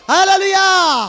Hallelujah